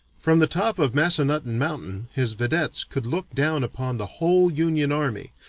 from the top of massanutton mountain his vedettes could look down upon the whole union army,